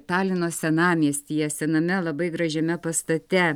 talino senamiestyje sename labai gražiame pastate